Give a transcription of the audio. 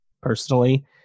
personally